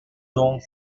donc